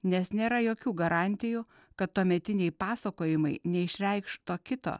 nes nėra jokių garantijų kad tuometiniai pasakojimai neišreikšto kito